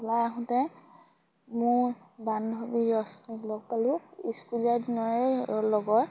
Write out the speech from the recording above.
ওলাই আহোঁতে মোৰ বান্ধৱী ৰশ্মীক লগ পালোঁ স্কুলীয়া দিনৰে লগৰ